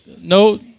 no